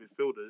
midfielders